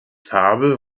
farbe